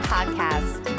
Podcast